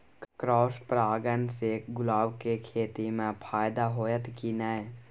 Cross परागण से गुलाब के खेती म फायदा होयत की नय?